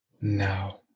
now